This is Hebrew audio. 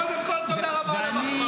קודם כול, תודה רבה על המחמאה.